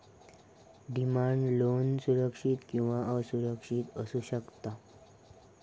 demand loan सुरक्षित किंवा असुरक्षित असू शकता